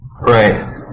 Right